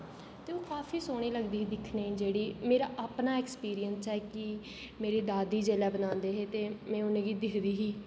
ते ओह् काफी सोह्नी लगदी ही दिक्खने ई जेह्ड़ी मेरा अपना एक्सपीरियंस ऐ कि मेरी दादी जेल्लै बनांदे हे ते में उ'नें गी दिक्खदी ही